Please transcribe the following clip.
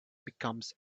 becomes